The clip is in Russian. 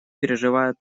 переживает